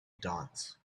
dots